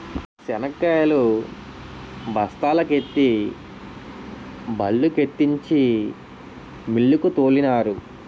శనక్కాయలు బస్తాల కెత్తి బల్లుకెత్తించి మిల్లుకు తోలినారు